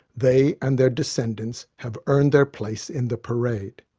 they and their descendants have earned their place in the parade.